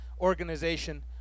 organization